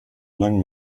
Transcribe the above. lang